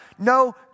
No